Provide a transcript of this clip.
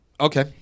okay